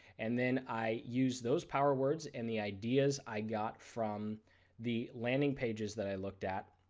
and then i used those power words and the ideas i got from the landing pages that i looked at,